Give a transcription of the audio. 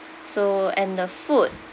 so and the food